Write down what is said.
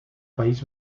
país